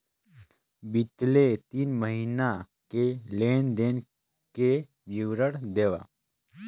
बितले तीन महीना के लेन देन के विवरण देवा?